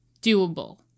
doable